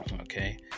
Okay